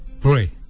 pray